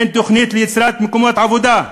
ואין תוכנית ליצירת מקומות עבודה,